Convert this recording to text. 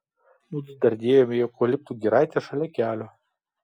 mudu dardėjome į eukaliptų giraitę šalia kelio